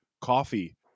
coffee